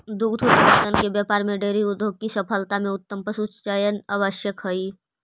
दुग्ध उत्पादन के व्यापार में डेयरी उद्योग की सफलता में उत्तम पशुचयन आवश्यक हई